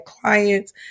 clients